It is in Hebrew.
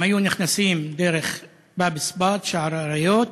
הם היו נכנסים דרך באב-אל-אסבאט, שער האריות,